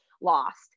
lost